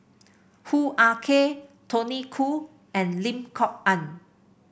Hoo Ah Kay Tony Khoo and Lim Kok Ann